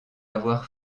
avoir